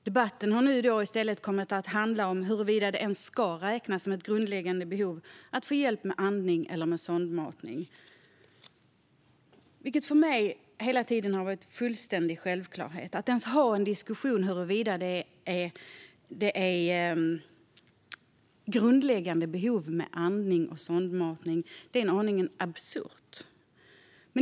Debatten har nu i stället kommit att handla om huruvida det ens ska räknas som ett grundläggande behov att få hjälp med andning eller sondmatning. Det har för mig hela tiden varit en fullständig självklarhet. Att ens ha en diskussion om huruvida näringsintag och andning ska räknas som ett grundläggande behov är aningen absurt.